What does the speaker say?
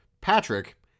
Patrick